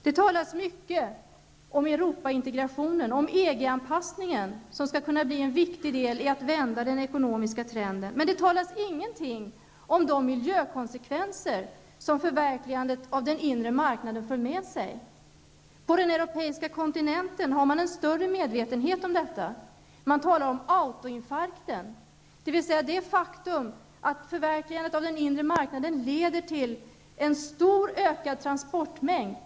Det talas mycket om Europaintegrationen och EG anpassning, som skall kunna bli en viktig del när man skall vända den ekonomiska trenden. Men det sägs ingenting om de miljökonsekvenser som förverkligandet av den inre marknaden för med sig. På den europeiska kontinenten har man en större medvetenhet om detta. Man talar om autoinfarkten, dvs. det faktum att förverkligandet av den inre marknaden leder till en mycket ökad transportmängd.